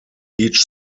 each